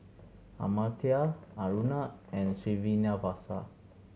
Amartya Aruna and Srinivasa